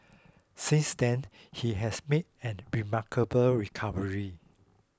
since then he has made a remarkable recovery